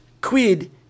quid